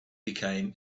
became